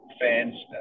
fans